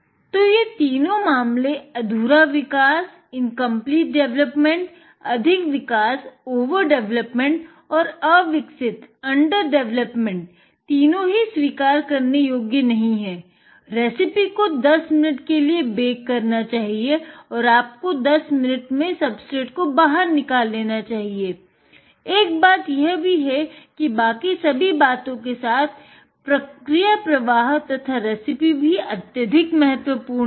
तो ये तीनो मामले अधूरा विकास तथा रेसिपी भी अत्यधिक महत्वपूर्ण है